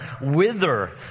wither